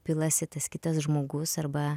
pilasi tas kitas žmogus arba